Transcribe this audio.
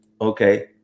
Okay